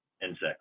Insects